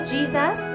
Jesus